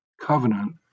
Covenant